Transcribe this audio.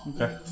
Okay